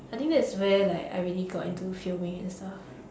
I think that's where like I really got into filming and stuff